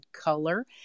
color